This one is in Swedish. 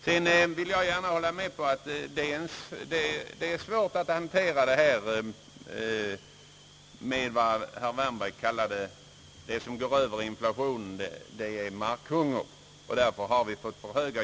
Sedan vill jag gärna hålla med om att det är svårt att hantera de problem som herr Wärnberg talade om och som sammanhänger med inflationen, markhungern och jordpriser som blivit för höga.